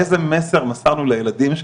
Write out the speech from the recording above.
איזה מסר מסרנו לילדים,